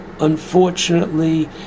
unfortunately